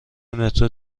مترو